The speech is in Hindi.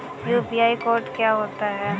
यू.पी.आई कोड क्या होता है?